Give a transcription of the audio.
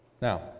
Now